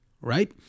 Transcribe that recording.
right